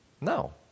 No